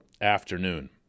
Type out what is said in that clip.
afternoon